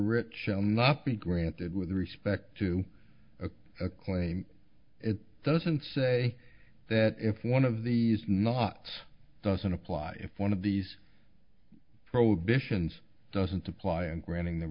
be granted with respect to a claim it doesn't say that if one of these not doesn't apply if one of these prohibitions doesn't apply and granting the